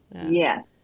Yes